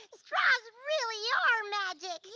straws really are magic.